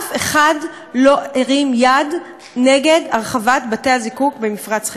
אף אחד לא הרים יד נגד הרחבת בתי-הזיקוק במפרץ חיפה.